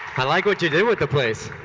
i like what you did with the place.